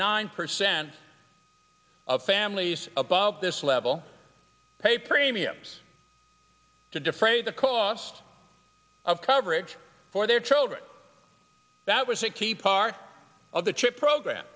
nine percent of families about this level pay premiums to defray the cost of coverage for their children that was a key part of the chip program